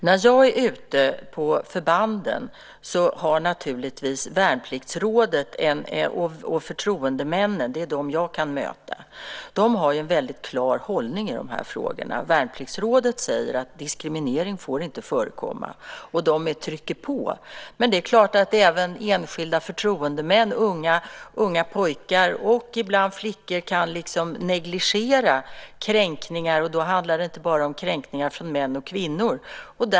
När jag är ute på förbanden har naturligtvis Värnpliktsrådet och förtroendemännen, det är dem jag kan möta, en väldigt klar hållning i de här frågorna. Värnpliktsrådet säger att diskriminering inte får förekomma, och de trycker på. Men det är klart att även enskilda förtroendemän, unga pojkar och ibland flickor, kan negligera kränkningar, och då handlar det inte bara om män och kvinnor.